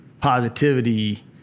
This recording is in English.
positivity